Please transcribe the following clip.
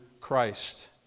Christ